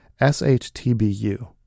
SHTBU